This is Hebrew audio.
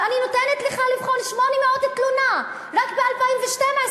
ואני נותנת לך לבחון 800 תלונות רק ב-2012,